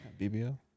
bbl